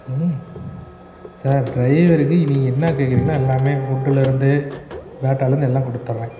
ம் சார் ட்ரைவருக்கு நீங்கள் என்ன கேட்கிறிங்களோ எல்லாமே ஃபுட்டில் இருந்து பேட்டாலேருந்து எல்லாம் கொடுத்துட்றேன்